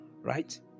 right